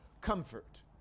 comfort